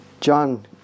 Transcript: John